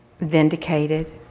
vindicated